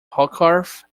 hogarth